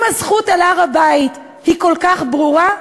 אם הזכות על הר-הבית היא כל כך ברורה,